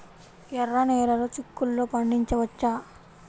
ఎర్ర నెలలో చిక్కుల్లో పండించవచ్చా?